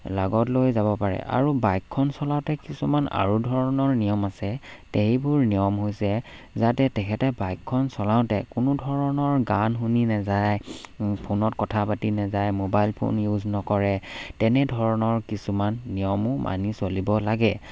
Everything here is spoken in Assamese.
লগত লৈ যাব পাৰে আৰু বাইকখন চলাওঁতে কিছুমান আৰু ধৰণৰ নিয়ম আছে তেবোৰ নিয়ম হৈছে যাতে তেখেতে বাইকখন চলাওঁতে কোনো ধৰণৰ গান শুনি নাযায় ফোনত কথা পাতি নাযায় মোবাইল ফোন ইউজ নকৰে তেনেধৰণৰ কিছুমান নিয়মো মানি চলিব লাগে